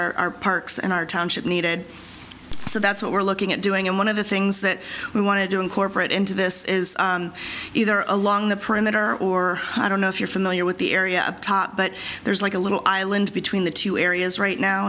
that our parks and our township needed so that's what we're looking at doing and one of the things that we wanted to incorporate into this is either along the perimeter or i don't know if you're familiar with the area up top but there's like a little island between the two areas right now